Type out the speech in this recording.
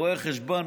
רואי חשבון